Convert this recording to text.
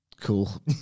Cool